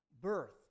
birth